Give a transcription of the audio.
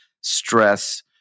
stress